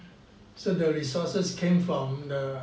so the resources came from the